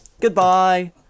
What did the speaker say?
Goodbye